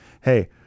Hey